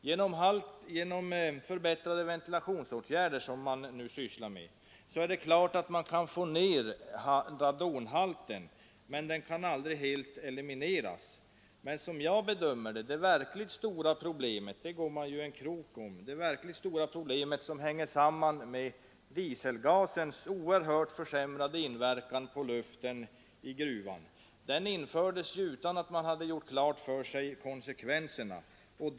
Genom åtgärder för förbättrad ventilation, som man nu vidtar, kan man givetvis få ned radonhalten, men radongasen kan aldrig helt elimineras. Men kring det verkligt stora problemet går man i en krok — nämligen det som hänger samman med dieselgasens oerhört försämrande inverkan på luften i gruvan. Dieseldriften började användas utan att man hade gjort klart för sig vilka konsekvenser som skulle uppstå.